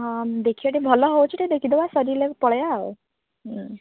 ହଁ ଦେଖିବା ଟିକେ ଭଲ ହେଉଛି ଟିକେ ଦେଖିଦେବା ସରିଲେ ପଳେଇବା ଆଉ